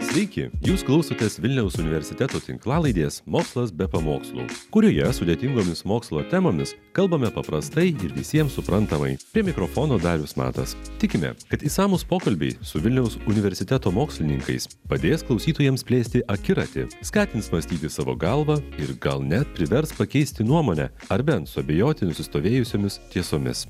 sveiki jūs klausotės vilniaus universiteto tinklalaidės mokslas be pamokslų kurioje sudėtingomis mokslo temomis kalbame paprastai ir visiems suprantamai prie mikrofono darius matas tikime kad išsamūs pokalbiai su vilniaus universiteto mokslininkais padės klausytojams plėsti akiratį skatins mąstyti savo galva ir gal net privers pakeisti nuomonę ar bent suabejoti nusistovėjusiomis tiesomis